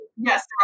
Yes